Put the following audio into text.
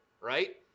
right